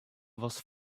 was